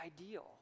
ideal